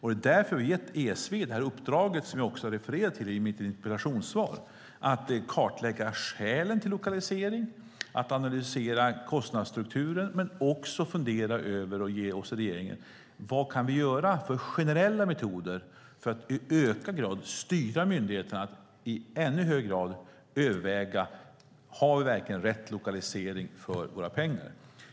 Det är därför vi har gett ESV det uppdrag som jag refererar till i mitt interpellationssvar: att kartlägga skälen till lokalisering, att analysera kostnadsstrukturen men också fundera över och ge oss i regeringen förslag på vad kan vi göra generellt för att i ökad grad styra myndigheterna att i ännu högre grad överväga om de verkligen har rätt lokalisering för pengarna.